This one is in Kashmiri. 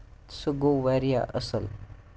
سُہ گوٚو واریاہ اَصٕل